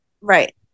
Right